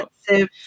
expensive